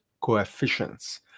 coefficients